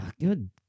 Good